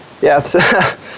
Yes